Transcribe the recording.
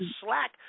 slack